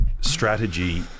strategy